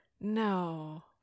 No